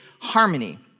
harmony